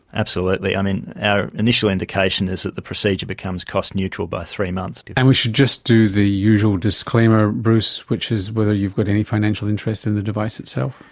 absolutely. um our initial indication is that the procedure becomes cost neutral by three months. and we should just do the usual disclaimer, bruce, which is whether you've got any financial interest in the device itself.